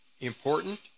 important